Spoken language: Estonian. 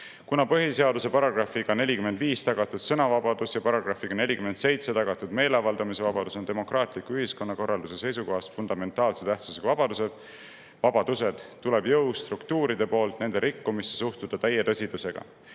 Kuna põhiseaduse §‑ga 45 tagatud sõnavabadus ja §‑ga 47 tagatud meeleavaldamise vabadus on demokraatliku ühiskonnakorralduse seisukohast fundamentaalse tähtsusega vabadused, tuleb jõustruktuuridel nende rikkumisse suhtuda täie tõsidusega.